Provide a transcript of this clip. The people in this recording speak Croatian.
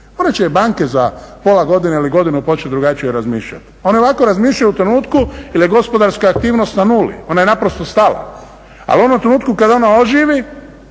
Morat će banke za pola godine ili godinu početi drugačije razmišljati. One ovako razmišljaju u trenutku jer je gospodarska aktivnost na nuli, ona je naprosto stala, ali u onom trenutku kada ona oživi,